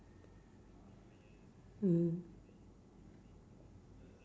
mm